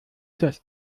dass